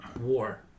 war